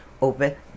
over